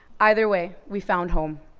either way, we found home.